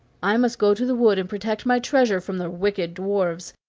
i must go to the wood and protect my treasure from the wicked dwarfs.